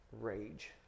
rage